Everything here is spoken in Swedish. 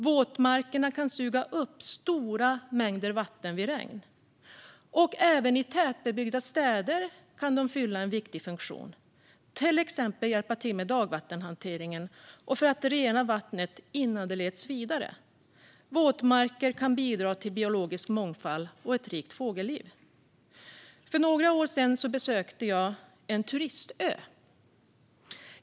Våtmarkerna kan suga upp stora mängder vatten vid regn. Även i tätbebyggda städer kan de fylla en viktig funktion. De kan till exempel hjälpa till med dagvattenhanteringen och med att rena vattnet innan det leds vidare. Våtmarker kan bidra till biologisk mångfald och ett rikt fågelliv. För några år sedan besökte jag en turistö.